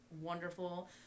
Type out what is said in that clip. wonderful